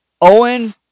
Owen